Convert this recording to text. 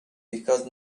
because